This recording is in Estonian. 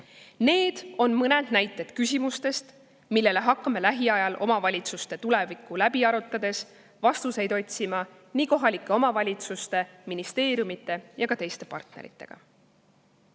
Need on mõned küsimused, millele hakkame lähiajal omavalitsuste tulevikku läbi arutades nii kohalike omavalitsuste, ministeeriumide kui ka teiste partneritega